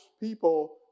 people